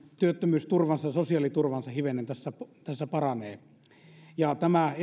työttömyysturvansa sosiaaliturvansa hivenen tässä paranee tämä